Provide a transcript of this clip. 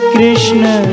Krishna